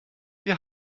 wir